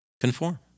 conform